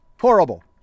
horrible